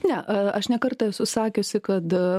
ne aš ne kartą esu sakiusi kad